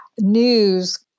news